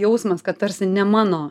jausmas kad tarsi ne mano